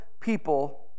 people